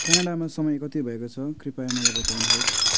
क्यानाडामा समय कति भएको छ कृपया मलाई बताउनुहोस्